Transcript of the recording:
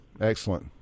Excellent